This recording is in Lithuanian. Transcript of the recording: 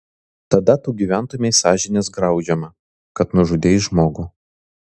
tada tu gyventumei sąžinės graužiama kad nužudei žmogų